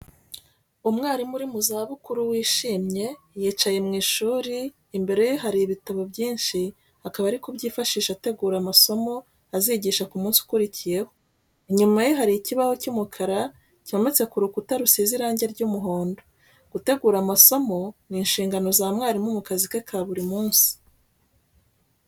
Umwarimu uri mu zabukuru wishimye yicaye mu ishuri, imbere ye hari ibitabo byinshi akaba ari kubyifashisha ategura amasomo azigisha ku munsi ukurikiyeho. Inyuma ye hari ikibaho cy'umukara cyometse ku rukuta rusize irangi ry'umuhondo. Gutegura amasomo ni inshingano za mwarimu mu kazi ke ka buri munsi.